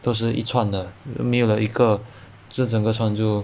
都是一串的没有了一个串就